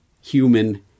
human